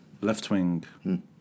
left-wing